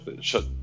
shut